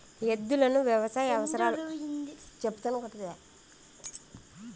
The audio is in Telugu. ఎద్దులను వ్యవసాయ అవసరాల కోసం పెంచుకుంటారు